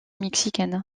mexicaine